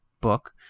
book